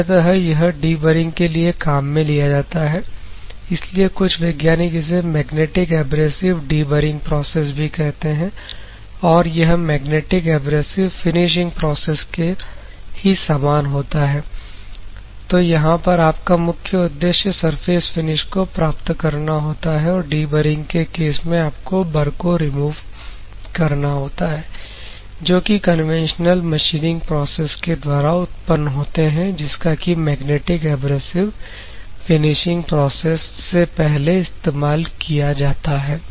सामान्यतः यह डीबरिंग के लिए काम में लिया जाता है इसलिए कुछ वैज्ञानिक इसे मैग्नेटिक एब्रेसिव डीबरिंग प्रोसेस भी कहते हैं और यह मैग्नेटिक एब्रेसिव फिनिशिंग प्रोसेस के ही समान होता है तो यहां पर आप का मुख्य उद्देश्य सरफेस फिनिश को प्राप्त करना होता है और डीबरिंग के केस में आपको बर को रिमूव करना होता है जो कि कन्वेंशनल मशीनिंग प्रोसेस के द्वारा उत्पन्न होते हैं जिसका की मैग्नेटिक एब्रेसिव फिनिशिंग प्रोसेस से पहले इस्तेमाल किया जाता है